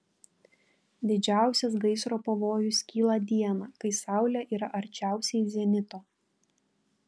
didžiausias gaisro pavojus kyla dieną kai saulė yra arčiausiai zenito